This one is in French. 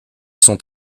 sont